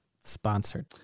sponsored